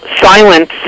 silence